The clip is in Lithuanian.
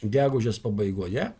gegužės pabaigoje